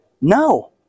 No